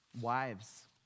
Wives